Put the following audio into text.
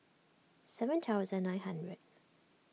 seven thousand nine hundred